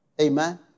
Amen